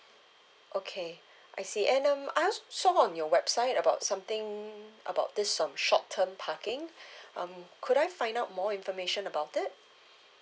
okay I see and um I also saw on your website about something about this um short term parking um could I find out more information about it